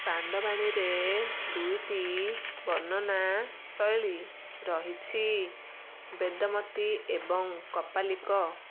ପାଣ୍ଡବାଣୀରେ ଦୁଇଟି ବର୍ଣ୍ଣନା ଶୈଳୀ ରହିଛି ବେଦମତି ଏବଂ କାପାଲିକ